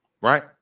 Right